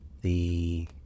The